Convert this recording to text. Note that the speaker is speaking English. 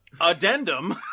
addendum